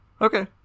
Okay